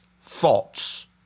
thoughts